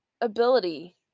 ability